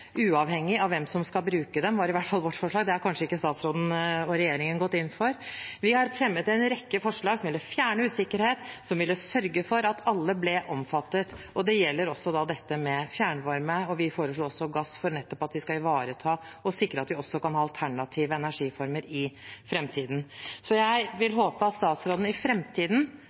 uavhengig av hvem som skal bruke dem. Det var i hvert fall vårt forslag; det har kanskje ikke statsråden og regjeringen gått inn for. Vi har fremmet en rekke forslag som ville fjernet usikkerhet, som ville sørget for at alle ble omfattet. Det gjelder også dette med fjernvarme, og vi foreslo også gass for nettopp å ivareta og sikre at vi også kan ha alternative energiformer i framtiden. Jeg håper statsråden i framtiden vil være trygg på og ha tillit til at representantene i